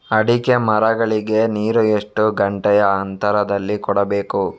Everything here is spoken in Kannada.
ಅಡಿಕೆ ಮರಗಳಿಗೆ ನೀರು ಎಷ್ಟು ಗಂಟೆಯ ಅಂತರದಲಿ ಕೊಡಬೇಕು?